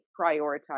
prioritize